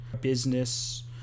business